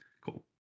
Cool